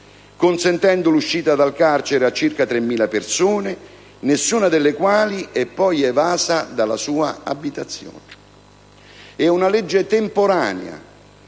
consentendo l'uscita dal carcere a circa 3.000 persone, nessuna delle quali è poi evasa dalla propria abitazione. È una legge temporanea,